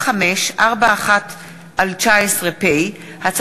פ/2532/19 וכלה בהצעת חוק פ/2556/19,